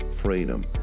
freedom